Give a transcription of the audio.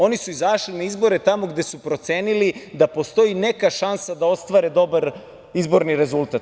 Oni su izašli na izbore tamo gde su procenili da postoji neka šansa da ostvare dobar izborni rezultat.